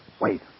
Wait